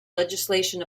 legislation